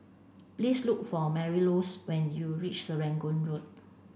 please look for Marylouise when you reach Serangoon Road